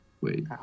wait